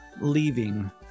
leaving